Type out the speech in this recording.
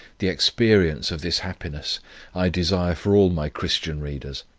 the experience of this happiness i desire for all my christian readers.